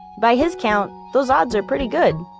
by his count, those odds are pretty good.